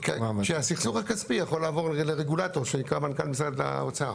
הסכסוך הכספי יכול לעבור לרגולטור שנקרא מנכ״ל משרד האוצר.